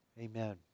amen